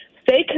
Stay